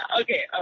okay